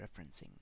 referencing